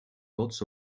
lots